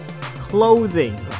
clothing